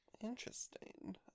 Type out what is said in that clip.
Interesting